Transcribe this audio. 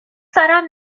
دارم